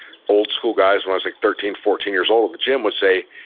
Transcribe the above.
old school guys when i was like thirteen, fourteen years old at the gym would say,